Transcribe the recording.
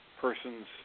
person's